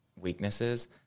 weaknesses